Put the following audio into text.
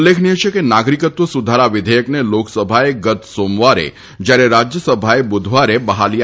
ઉલ્લેખનિય છે કે નાગરિકત્વ સુધારા વિધેયકને લોકસભાએ ગત સોમવારે જ્યારે રાજ્યસભાએ બુધવારે બહાલી આપી હતી